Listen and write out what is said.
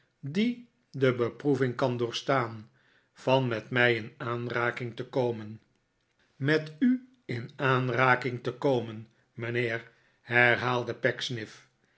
die de beproeving kan doorstaan van met mij in aanraking te komen met u in aanraking te komen mijnheer herhaalde